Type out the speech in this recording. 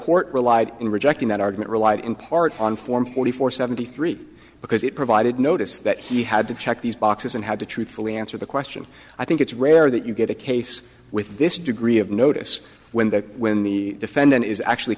court relied in rejecting that argument relied in part on form forty four seventy three because it provided notice that he had to check these boxes and had to truthfully answer the question i think it's rare that you get a case with this degree of notice when the when the defendant is actually